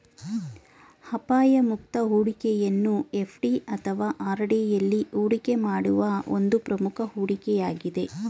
ಅಪಾಯ ಮುಕ್ತ ಹೂಡಿಕೆಯನ್ನು ಎಫ್.ಡಿ ಅಥವಾ ಆರ್.ಡಿ ಎಲ್ಲಿ ಹೂಡಿಕೆ ಮಾಡುವ ಒಂದು ಪ್ರಮುಖ ಹೂಡಿಕೆ ಯಾಗಿದೆ